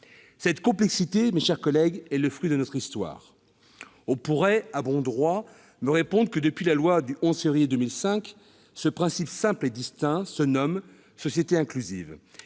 Cette complexité, mes chers collègues, est le fruit de notre histoire. On pourrait, à bon droit, me répondre que, depuis la loi du 11 février 2005, ce principe simple et distinct se nomme « société inclusive